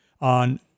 on